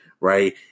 right